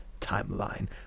timeline